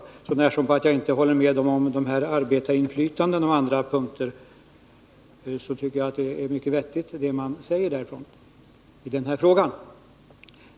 Med undantag av att jag inte håller med dem om detta med arbetarinflytande — och vissa andra punkter — tycker jag att vad de säger i den här frågan är mycket vettigt.